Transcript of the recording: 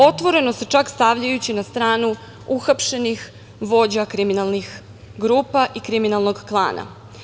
Otvoreno se čak stavljaju na stranu uhapšenih vođa kriminalnih grupa i kriminalnog klana.